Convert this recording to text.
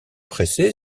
pressé